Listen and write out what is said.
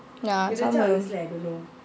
ya sama